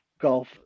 golf